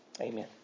Amen